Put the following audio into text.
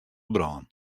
brân